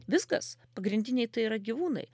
viskas pagrindiniai tai yra gyvūnai